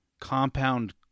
compound